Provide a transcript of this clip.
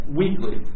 weekly